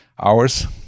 hours